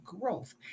growth